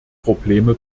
probleme